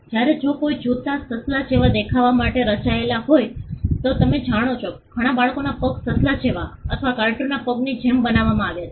જ્યારે જો કોઈ જૂતા સસલા જેવા દેખાવા માટે રચાયેલ હોય તો તમે જાણો છો ઘણા બાળકોનાં પગરખાં સસલા જેવા અથવા કાર્ટૂનના પાત્રની જેમ બનાવવામાં આવ્યા છે